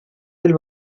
del